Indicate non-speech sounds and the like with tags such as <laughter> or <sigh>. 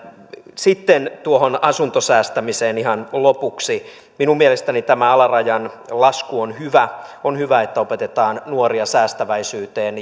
sitten tuohon asuntosäästämiseen ihan lopuksi minun mielestäni tämä alarajan lasku on hyvä on hyvä että opetetaan nuoria säästäväisyyteen <unintelligible>